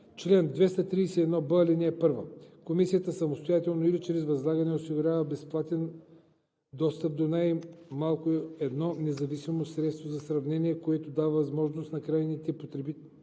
„Чл. 231б. (1) Комисията самостоятелно или чрез възлагане осигурява безплатен достъп до най-малко едно независимо средство за сравнение, което дава възможност на крайните ползватели